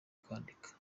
kwandika